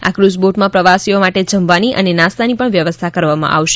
આ cruise boat માં પ્રવાસીઓ માટે જમવાની અને નાસ્તા ની પણ વ્યસ્થા કરવામાં આવશે